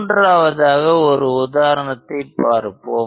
மூன்றாவதாக ஒரு உதாரணத்தைப் பார்ப்போம்